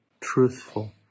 truthful